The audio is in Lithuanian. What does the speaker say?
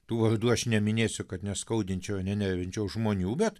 tų vardų aš neminėsiu kad neskaudinčiau ir nenervinčiau žmonių bet